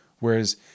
Whereas